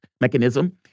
mechanism